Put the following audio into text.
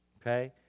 Okay